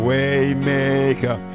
Waymaker